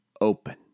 open